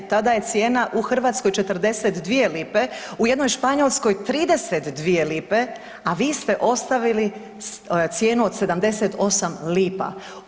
Tada je cijena u Hrvatskoj 42 lipe, u jednoj Španjolskoj 32 lipe, a vi ste ostavili cijenu od 78 lipa.